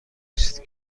است